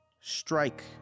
strike